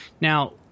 Now